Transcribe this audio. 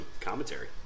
commentary